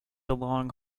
long